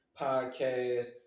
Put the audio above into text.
podcast